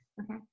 Okay